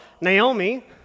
Naomi